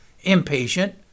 impatient